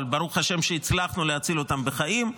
אבל ברוך ה' שהצלחנו להציל אותם בחיים.